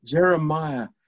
Jeremiah